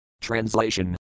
Translation